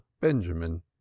Benjamin